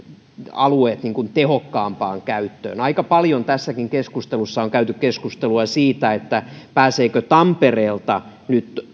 alueet tehokkaampaan käyttöön aika paljon tässäkin keskustelussa on käyty keskustelua siitä pääseekö tampereelta nyt